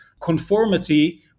conformity